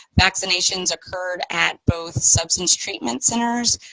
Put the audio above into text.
vaccinations occurred at both substance treatment centers,